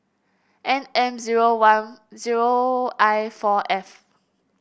N M zero one zero I four F